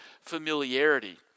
familiarity